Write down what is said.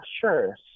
Sure